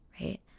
Right